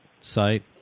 site